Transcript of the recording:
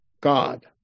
God